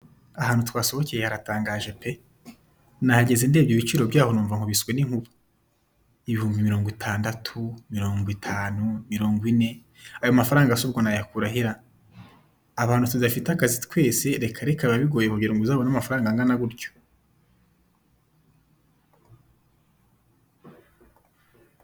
Ahantu twasohokeye haratangaje pe! Nahageze ndebye ibiciro byaho numva nkubitswe n'inkuba ibihumbi mirongo itandatu, mirongo itanu, mirongo ine ayo mafaranga subwo nayakurahe ra? abantu tudafite akazi twese rekareka biba bigoye kugira ngo uzabone amafaranga angana gutyo.